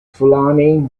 fulani